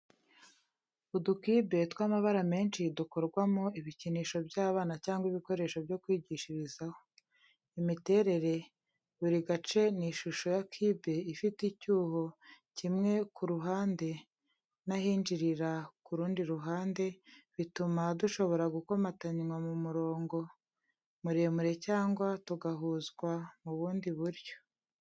Uducube tw’amabara menshi dukorwamo ibikinisho by’abana cyangwa ibikoresho byo kwigishirizaho. Imiterere buri gace ni ishusho ya cube, ifite icyuho kimwe ku ruhande n’ahinjirira ku rundi ruhande, bituma dushobora gukomatanywa mu murongo muremure cyangwa tugahuzwa mu bundi buryo.